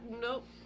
Nope